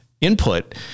input